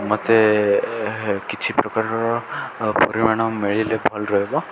ମୋତେ କିଛି ପ୍ରକାରର ପରିମାଣ ମିଳିଲେ ଭଲ ରହିବ